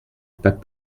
pas